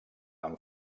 amb